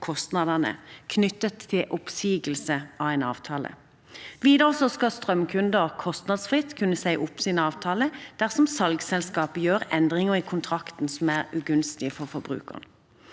knyttet til oppsigelse av en avtale. Videre skal strømkunder kostnadsfritt kunne si opp sin avtale dersom salgsselskapet gjør endringer i kontrakten som er ugunstige for forbrukerne.